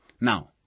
Now